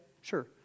Sure